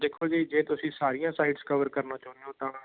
ਦੇਖੋ ਜੀ ਜੇ ਤੁਸੀਂ ਸਾਰੀਆਂ ਸਾਈਟਸ ਕਵਰ ਕਰਨਾ ਚਾਹੁੰਦੇ ਹੋ ਤਾਂ